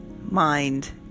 mind